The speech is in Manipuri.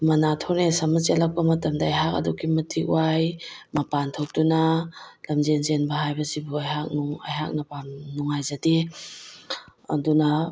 ꯃꯔꯥꯊꯣꯟ ꯔꯦꯁ ꯑꯃ ꯆꯦꯜꯂꯛꯄ ꯃꯇꯝꯗ ꯑꯩꯍꯥꯛ ꯑꯗꯨꯛꯀꯤ ꯃꯇꯤꯛ ꯋꯥꯏ ꯃꯄꯥꯟ ꯊꯣꯛꯇꯨꯅ ꯂꯝꯖꯦꯜ ꯆꯦꯟꯕ ꯍꯥꯏꯕꯁꯤꯕꯨ ꯑꯩꯍꯥꯛꯅ ꯅꯨꯡꯉꯥꯏꯖꯗꯦ ꯑꯗꯨꯅ